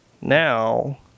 now